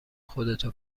خودتو